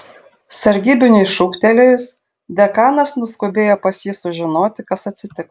sargybiniui šūktelėjus dekanas nuskubėjo pas jį sužinoti kas atsitiko